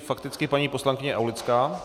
Fakticky paní poslankyně Aulická.